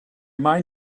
mind